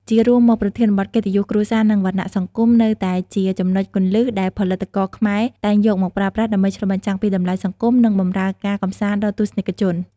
ជារួមមក ប្រធានបទ កិត្តិយសគ្រួសារ និងវណ្ណៈសង្គម នៅតែជាចំណុចគន្លឹះដែលផលិតករខ្មែរតែងយកមកប្រើប្រាស់ដើម្បីឆ្លុះបញ្ចាំងពីតម្លៃសង្គម និងបម្រើការកម្សាន្តដល់ទស្សនិកជន។